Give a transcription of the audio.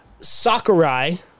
Sakurai